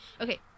Okay